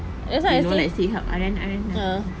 you know like say help aryan aryan